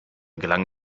gelang